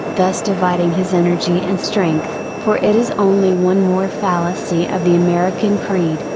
thus dividing his energy and strength, for it is only one more fallacy of the american creed,